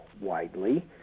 widely